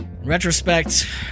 retrospect